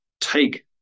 take